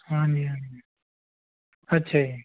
ਹਾਂਜੀ ਹਾਂਜੀ ਅੱਛਾ ਜੀ